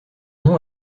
nom